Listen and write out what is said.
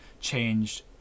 changed